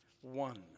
One